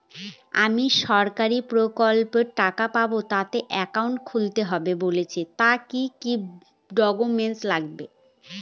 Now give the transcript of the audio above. আমি সরকারি প্রকল্পের টাকা পাবো তাতে একাউন্ট খুলতে হবে বলছে তো কি কী ডকুমেন্ট লাগবে?